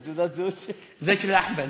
את תעודת הזהות של, זה של אחמד.